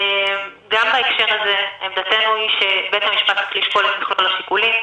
גם בהקשר הזה עמדתנו היא שבית המשפט צריך לשקול את מכלול השיקולים,